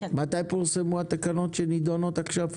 התקנות שנידונות עכשיו,